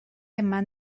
eman